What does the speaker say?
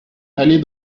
aller